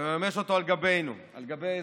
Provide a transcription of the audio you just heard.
ומממש אותו על גבנו, על גב האזרחים.